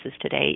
today